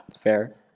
Fair